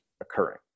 occurring